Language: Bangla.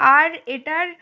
আর এটার